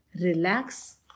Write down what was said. Relax